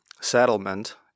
settlement